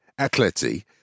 Atleti